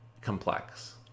complex